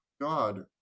God